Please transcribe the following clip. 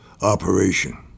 operation